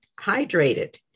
hydrated